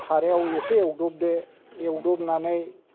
सारायाव एसे एवदबदो एवदबनानै